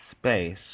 space